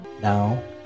Now